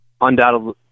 undoubtedly